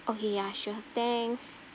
okay ya sure thanks